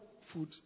food